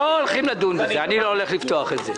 לא הולכים לדון בזה, אני לא הולך לפתוח את זה.